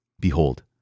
Behold